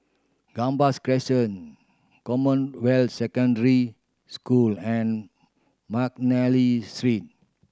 Gambas Crescent Commonwealth Secondary School and McNally Street